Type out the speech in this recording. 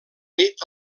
nit